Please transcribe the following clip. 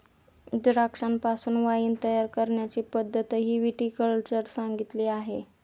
द्राक्षांपासून वाइन तयार करण्याची पद्धतही विटी कल्चर सांगितली आहे